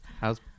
How's